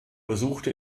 besuchte